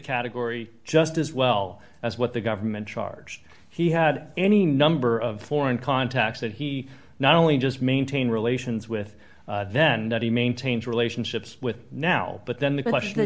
category just as well as what the government charged he had any number of foreign contacts that he not only just maintain relations with then he maintains relationships with now but then the question